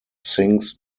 sinks